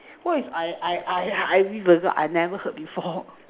where is I I I ya I revenge I never forgive her